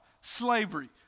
slavery